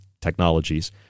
technologies